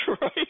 right